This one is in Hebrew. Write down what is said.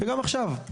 גם עכשיו,